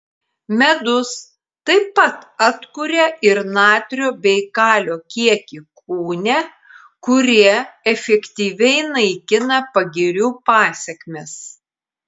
medus taip pat atkuria ir natrio bei kalio kiekį kūne kurie efektyviai naikina pagirių pasekmes